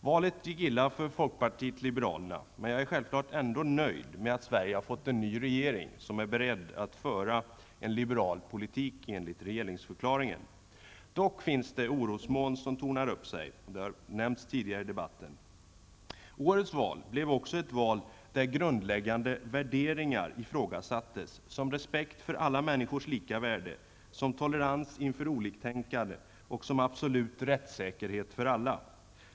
Valet gick illa för folkpartiet liberalerna, men jag är självfallet ändå nöjd med att Sverige fått en ny regering, som enligt regeringsförklaringen är beredd att föra en liberal politik. Dock finns det orosmoln som tornar upp sig. Det har nämnts tidigare i debatten. Årets val blev också ett val där grundläggande värderingar ifrågasattes -- som respekt för alla människors lika värde, som tolerans inför oliktänkande och som absolut rättssäkerhet för alla.